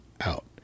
out